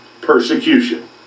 persecution